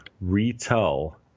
retell